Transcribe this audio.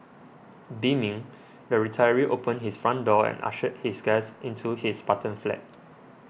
beaming the retiree opened his front door and ushered his guest into his Spartan flat